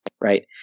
right